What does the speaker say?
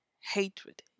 hatred